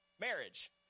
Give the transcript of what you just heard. marriage